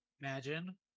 Imagine